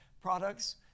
products